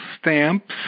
stamps